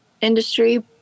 industry